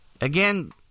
Again